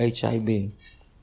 HIV